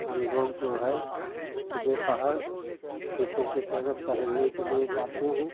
हमलोग जो है सुबह पहर खेतों की तरफ़ टहलने के लिए जाते हैं